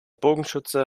bogenschütze